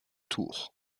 tour